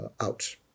out